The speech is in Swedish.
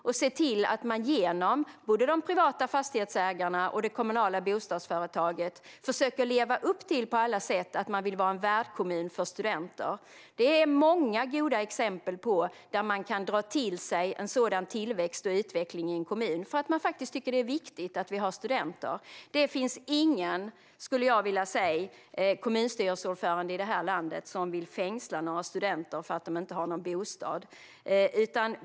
Man försöker då på alla sätt, genom både de privata fastighetsägarna och det kommunala bostadsföretaget, leva upp till att vara en värdkommun för studenter. Det finns många goda exempel på hur man kan dra till sig en sådan tillväxt och utveckling i en kommun för att man faktiskt tycker att det är viktigt att vi har studenter. Jag skulle vilja säga att det inte finns någon kommunstyrelseordförande i det här landet som vill fängsla studenter för att de inte har bostad.